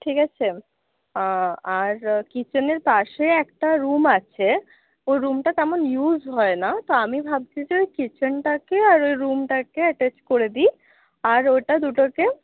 ঠিক আছে আর কিচেনের পাশে একটা রুম আছে ওই রুমটা তেমন ইউজ হয় না তো আমি ভাবছি যে কিচেনটাকে আর ওই রুমটাকে অ্যাটাচ করে দিই আর ওটা দুটো কে